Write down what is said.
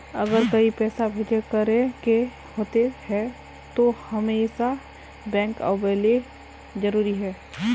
अगर कहीं पैसा भेजे करे के होते है तो हमेशा बैंक आबेले जरूरी है?